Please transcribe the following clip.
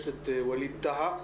תודה, חבר הכנסת ווליד טאהא.